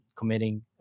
committing